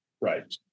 Right